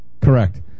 Correct